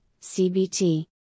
CBT